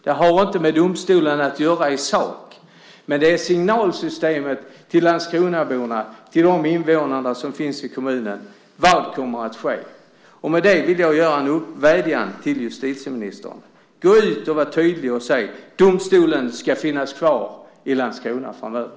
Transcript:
Det har inte i sak med domstolen att göra, men det handlar om signalerna till Landskronaborna och invånarna i kommunen. Vad kommer att ske? Med det vill jag vädja till justitieministern att tydligt säga: Domstolen ska finnas kvar i Landskrona framöver.